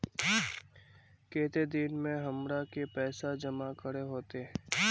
केते दिन में हमरा के पैसा जमा करे होते?